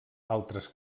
altres